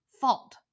fault